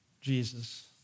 Jesus